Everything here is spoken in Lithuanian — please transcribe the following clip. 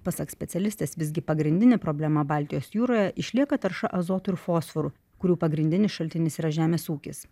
pasak specialistės visgi pagrindinė problema baltijos jūroje išlieka tarša azotu ir fosforu kurių pagrindinis šaltinis yra žemės ūkis